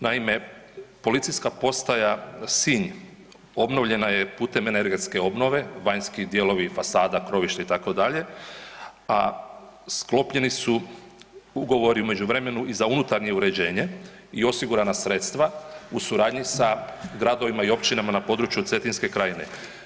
Naime, Policijska postaja Sinj obnovljena je putem energetske obnove vanjski dijelovi i fasada, krovište itd., a sklopljeni su ugovor u međuvremenu i za unutarnje uređenje i osigurana sredstva u suradnji sa gradovima i općinama na području Cetinske krajine.